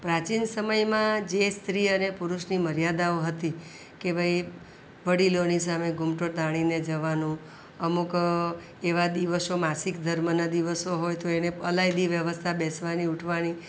પ્રાચીન સમયમાં જે સ્ત્રી અને પુરુષની મર્યાદાઓ હતી કે ભાઈ વડીલોની સામે ઘૂમટો તાણીને જવાનું અમુક એવા દિવસો માસિક ધર્મના દિવસો હોય તો એની અલાયદી વ્યવસ્થા બેસવાની ઊઠવાની